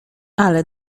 ale